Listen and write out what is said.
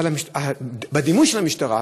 אבל הדימוי של המשטרה,